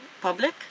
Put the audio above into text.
public